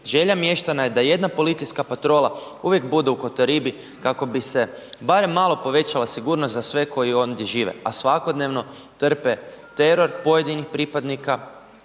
Želja mještana je da jedna policijska patrola uvijek bude u Kotoribi kako bi se barem malo povećala sigurnost za sve koji ondje žive, a svakodnevno trpe teror pojedinih pripadnika